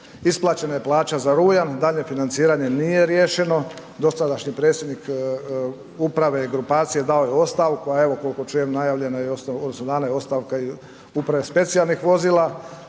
Isplaćena je plaća za rujan, daljnje financiranje nije riješeno, dosadašnji predsjednik uprave, grupacije, dao je ostavku a evo koliko čujem najavljeno je, odnosno dana je i ostavka uprave specijalnih vozila.